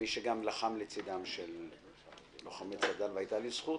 כמי שגם לחם לצדם של לוחמי צד"ל והייתה לי זכות